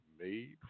Made